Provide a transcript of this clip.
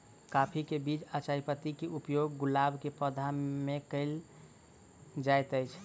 काफी केँ बीज आ चायपत्ती केँ उपयोग गुलाब केँ पौधा मे केल केल जाइत अछि?